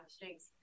thanks